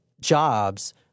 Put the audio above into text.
jobs